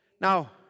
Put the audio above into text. Now